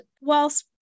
whilst